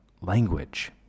language